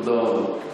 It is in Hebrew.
תודה רבה.